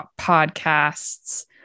podcasts